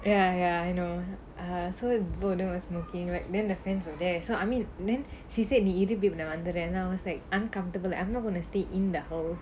ya ya I know err so both of them were smoking right then the friends were there so I mean then she said the நீ இரு:nee iru baby நான் வந்துடுறேன்:naan vanthuduraen then I was like uncomfortable I'm not gonna stay in the house